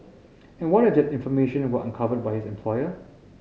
and what if that information were uncovered by his employer